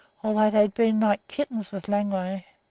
although they'd been like kittens with langway.